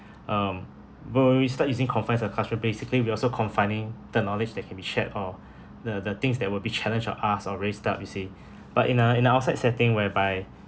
um but when we start using confines of classroom basically we also confining the knowledge that can be shared or the the things that will be challenged or asked or raised up you see but in a in a outside setting whereby